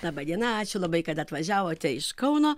laba diena ačiū labai kad atvažiavote iš kauno